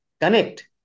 connect